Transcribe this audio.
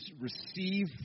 receive